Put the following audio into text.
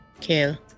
Kill